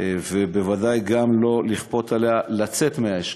ובוודאי גם לא לכפות עליה לצאת מהאשכול,